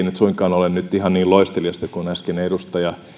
nyt suinkaan ole ihan niin loisteliasta kuin äskeinen edustaja